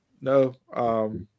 No